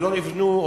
ולא נבנו,